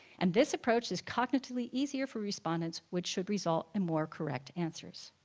and this approach is cognitively easier for respondents which should result in more correct answers.